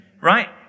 right